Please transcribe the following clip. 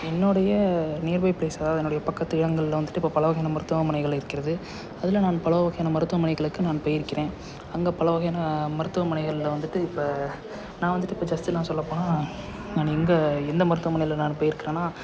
என்னோடைய nearby place அதாவது பக்கத்து இடங்கள்ல வந்துவிட்டு இப்போ பல வகையான மருத்துவமனைகள் இருக்கிறது அதில் நான் பலவகையான மருத்துவமனைகளுக்கு நான் போய்ரிக்கிறேன் அங்கே பல வகையான மருத்துவமனைகளில் வந்துவிட்டு இப்போ நான் வந்துவிட்டு இப்போ சொல்லப் போனா நான் எங்கே எந்த மருத்துவமனையில நான் போயிருக்கிறனா